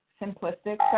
simplistic